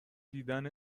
دیدن